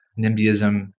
NIMBYism